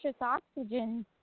oxygen